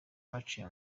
baciye